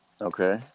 Okay